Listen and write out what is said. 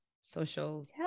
social